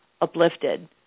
uplifted